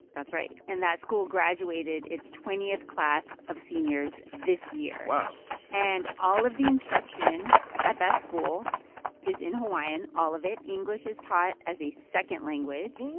that's right. and that school graduated its twentieth class of seniors this year wow and all of the instruction at that school is in hawaiian all of it. english is taught as a second language